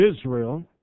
Israel